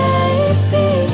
Baby